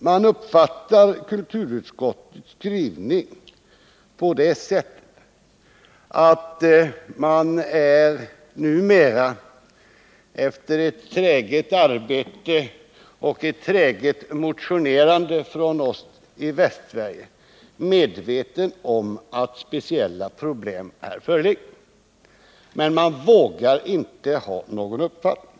Jag uppfattar kulturutskottets skrivning så, att man numera, efter ett träget arbete och ett träget motionerande från oss i Västsverige, är medveten om att speciella problem här föreligger men inte vågar ha någon uppfattning.